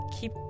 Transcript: keep